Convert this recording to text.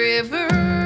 River